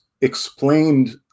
explained